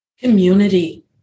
Community